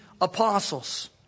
apostles